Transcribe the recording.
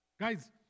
Guys